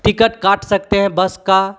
ticket काट सकते हैं बस का